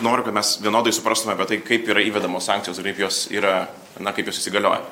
noriu kad mes vienodai suprastume apie tai kaip yra įvedamos sankcijos ir kaip jos yra na kaip jos įsigalioja